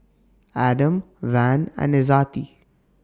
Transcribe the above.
Adam Wan and Izzati